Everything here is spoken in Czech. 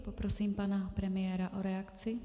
Poprosím pana premiéra o reakci.